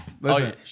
Listen